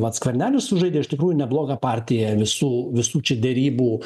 vat skvernelis sužaidė iš tikrųjų neblogą partiją visų visų čia derybų